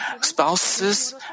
spouses